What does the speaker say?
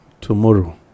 Tomorrow